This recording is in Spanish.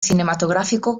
cinematográfico